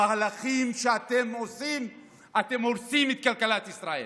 במהלכים שאתם עושים אתם הורסים את כלכלת ישראל,